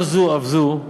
לא זו אף זו,